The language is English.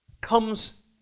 comes